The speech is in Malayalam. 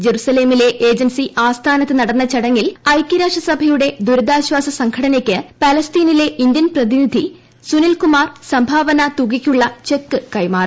ജറുസലെമിലെ ഏജൻസി ആസ്ഥാനത്ത് നടന്ന ചടങ്ങിൽ ഐക്യരാഷ്ട്ര സഭയുടെ ദുരിതാശ്വാസ സംഘടനയ്ക്ക് പാല്സ്തീനിലെ ഇന്ത്യൻ പ്രതിനിധി സുനിൽ കുമാർ സംഭാവന തുകയ്ക്കുള്ള ക്ചെക്ക് കൈമാറി